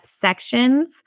sections